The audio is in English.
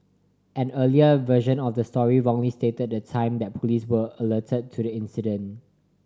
an earlier version of the story wrongly stated the time that police were alerted to the incident